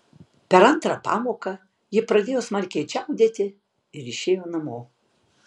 per antrą pamoką ji pradėjo smarkiai čiaudėti ir išėjo namo